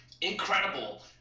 incredible